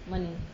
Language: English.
mana